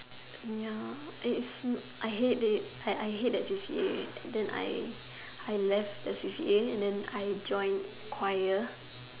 ya it is I hate it like I hate that C_C_A then I I left the C_C_A and then I join choir